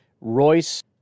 Royce